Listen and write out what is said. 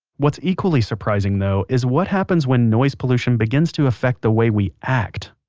what's equally surprising, though, is what happens when noise pollution begins to affect the way we act